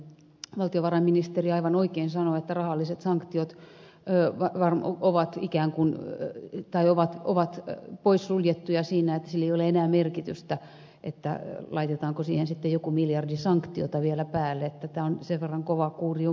valtiovarainministeri aivan oikein sanoi että rahalliset sanktiot ovat poissuljettuja että sillä ei ole enää merkitystä laitetaanko siihen sitten joku miljardi sanktiota vielä päälle tämä on sen verran kova kuuri jo muutenkin